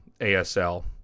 ASL